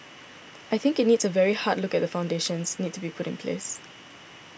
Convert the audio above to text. I think it needs a very hard look at the foundations need to be put in place